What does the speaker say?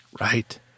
Right